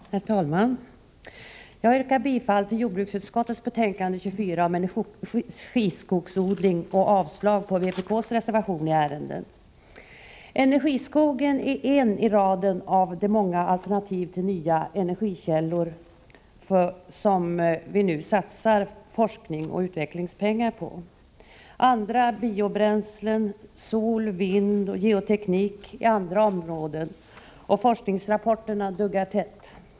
Herr talman! Jag yrkar bifall till hemställan i jordbruksutskottets betänkande 24 om energiskogsodling och avslag på vpk:s reservation i ärendet. Energiskogen är ett i raden av de många alternativ till nya energikällor som vi nu satsar forskningsoch utvecklingspengar på. Andra biobränslen, sol-, vindoch geoteknik är andra områden, och forskningsrapporterna duggar tätt.